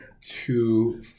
two